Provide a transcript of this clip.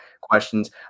questions